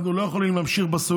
אנחנו לא יכולים להמשיך,